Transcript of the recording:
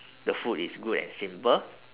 the food is good and simple